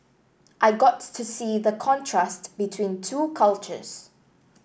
I got to see the contrast between two cultures